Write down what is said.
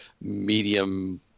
medium –